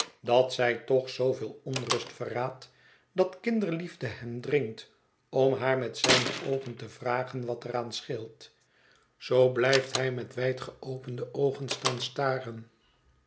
dat zij toch zooveel onrust verraadt dat kinderliefde hem dringt om haar met zijne oogen te vragen wat er aan scheelt zoo blijft hij met wijd geopende oogen staan staren